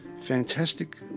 Fantastic